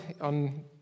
on